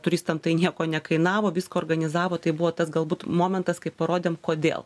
turistam tai nieko nekainavo visko organizavo tai buvo tas galbūt momentas kai parodėm kodėl